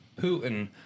Putin